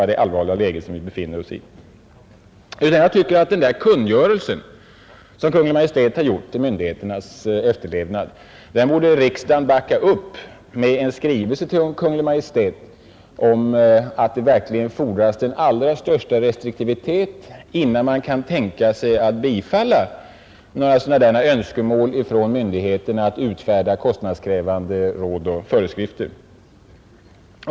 Den kungörelse som Kungl Maj:t gjort till myndigheternas efterlevnad borde riksdagen enligt min uppfattning backa upp med en skrivelse till Kungl.Maj:t om att det verkligen fordras den allra största restriktivitet, innan man kan tänka sig bifalla önskemål från myndigheterna att utfärda kostnadskrävande råd och föreskrifter.